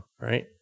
right